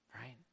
right